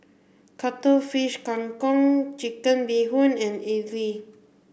cuttlefish Kang Kong chicken bee hoon and idly